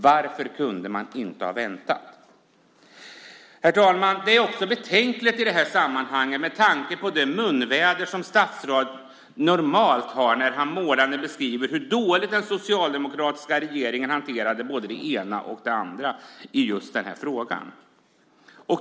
Varför kunde man alltså inte ha väntat? Herr talman! Det hela är också betänkligt i sammanhanget med tanke på statsrådets munväder normalt när han målande beskriver hur dåligt den socialdemokratiska regeringen hanterade det ena och det andra i sammanhanget.